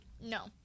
No